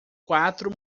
quatro